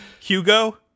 hugo